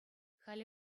халӗ